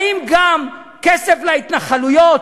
האם גם כסף להתנחלויות,